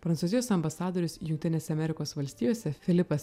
prancūzijos ambasadorius jungtinėse amerikos valstijose filipas